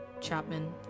Chapman